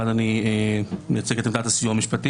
דבר אחד, אני מייצג את עמדת הסיוע המשפטי.